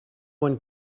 one